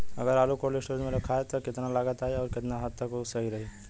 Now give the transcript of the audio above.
अगर आलू cold storage में रखायल त कितना लागत आई अउर कितना हद तक उ सही रही?